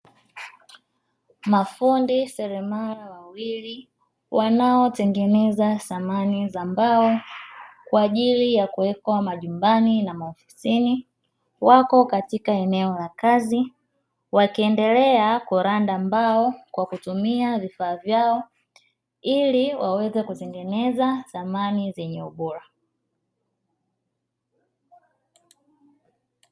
Mafundi seremala wawili; wanaotengeneza samani za mbao kwa ajili ya kuwekwa majumbani na maofisini, wako katika eneo la kazi wakiendelea kuranda mbao kwa kutumia vifaa vyao ili waweze kutengeneza samani zenye ubora.